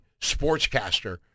sportscaster